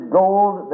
gold